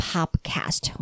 Podcast